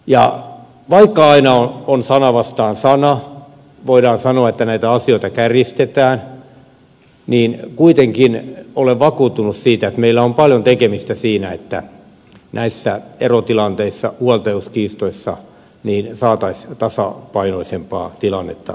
ja vaikka aina on sana vastaan sana ja voidaan sanoa että näitä asioita kärjistetään niin kuitenkin olen vakuuttunut siitä että meillä on paljon tekemistä siinä että näissä erotilanteissa huoltajuuskiistoissa saataisiin tasapainoisempaa tilannetta aikaan